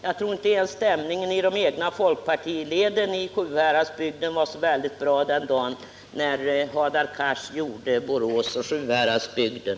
Jag tror att inte ens stämningen i de egna folkpartileden i Sjuhäradsbygden var så god den dag när Hadar Cars gjorde Borås och Sjuhäradsbygden.